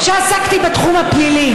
שעסקתי בתחום הפלילי,